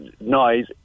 noise